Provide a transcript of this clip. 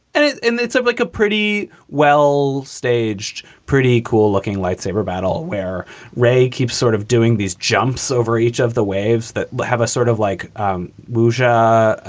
and it and seems ah like a pretty well staged, pretty cool looking light saber battle where ray keeps sort of doing these jumps over each of the waves that have a sort of like muja,